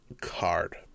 card